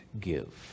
give